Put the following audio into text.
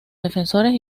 defensores